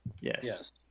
Yes